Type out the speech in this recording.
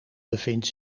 bevindt